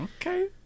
Okay